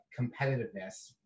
competitiveness